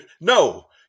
no